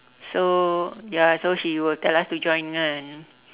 so ya so she will tell us to join kan